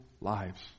lives